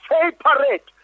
separate